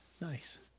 Nice